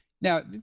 Now